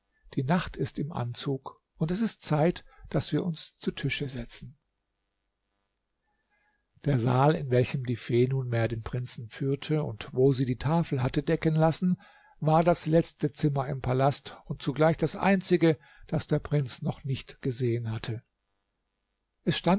die nacht ist im anzug und es ist zeit daß wir uns zu tische setzen der saal in welchen die fee nunmehr den prinzen führte und wo sie die tafel hatte decken lassen war das letzte zimmer im palast und zugleich das einzige das der prinz noch nicht gesehen hatte